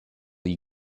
you